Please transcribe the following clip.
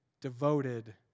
devoted